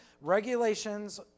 regulations